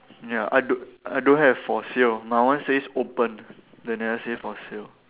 ya I don't I don't have for sale my one says open they never say for sale